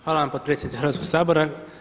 Hvala vam potpredsjednice Hrvatskog sabora.